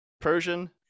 Persian